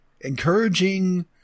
encouraging